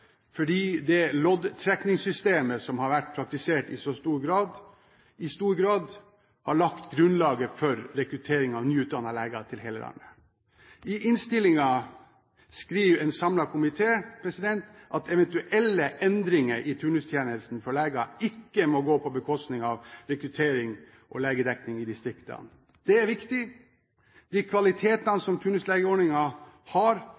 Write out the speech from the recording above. fordi det loddtrekningssystemet som har vært praktisert, i stor grad har lagt grunnlaget for rekruttering av nyutdannede leger til hele landet. I innstillingen skriver en samlet komité at eventuelle endringer i turnustjenesten for leger ikke må gå på bekostning av rekruttering og legedekning i distriktene. Det er viktig. De kvalitetene som turnuslegeordningen har